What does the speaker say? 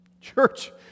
Church